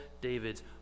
David's